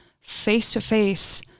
face-to-face